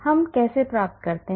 हम कैसे प्राप्त करते हैं